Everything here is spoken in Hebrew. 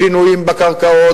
שינויים בקרקעות,